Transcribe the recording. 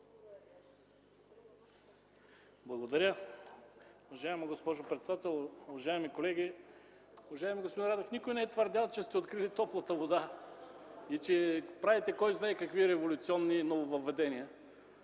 председател. Уважаема госпожо председател, уважаеми колеги! Уважаеми господин Радев, никой не твърди, че сте открили топлата вода и че правите кой знае какви революционни нововъведения.